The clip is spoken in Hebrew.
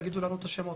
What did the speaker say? יגידו לנו את השמות.